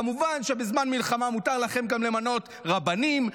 כמובן שבזמן מלחמה מותר לכם גם למנות רבנים,